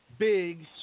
Big